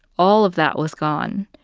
all of that was gone.